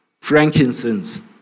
frankincense